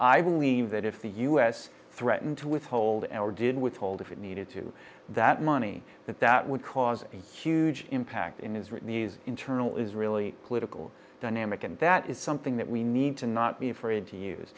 i believe that if the us threatened to withhold and or didn't withhold if it needed to that money that that would cause a huge impact in his written these internal israeli political dynamic and that is something that we need to not be afraid to use